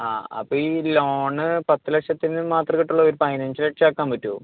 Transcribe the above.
ആ അപ്പയീ ലോണ് പത്ത് ലക്ഷത്തിന് മാത്രം കിട്ടുള്ളോ ഒരു പതിനഞ്ച് ലക്ഷം ആക്കാൻ പറ്റുവോ